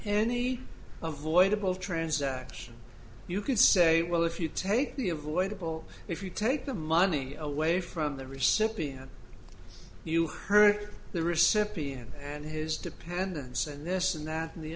of voidable transactions you can say well if you take the avoidable if you take the money away from the recipient you heard the recipient and his dependence and this and that